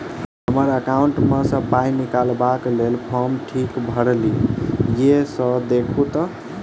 हम्मर एकाउंट मे सऽ पाई निकालबाक लेल फार्म ठीक भरल येई सँ देखू तऽ?